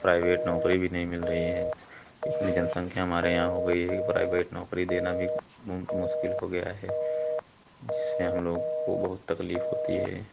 private नौकरी भी नहीं मिल रही है इतनी जनसंख्या हमारे यहाँ हो गई है कि प्राइवेट नौकरी देना भी मु मुश्किल हो गया है जिससे हम लोग को बहुत तकलीफ होती है